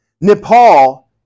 Nepal